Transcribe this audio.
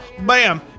bam